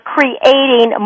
Creating